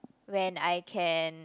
when I can